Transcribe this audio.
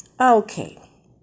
Okay